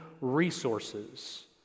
resources